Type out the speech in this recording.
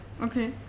Okay